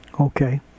Okay